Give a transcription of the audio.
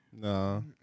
no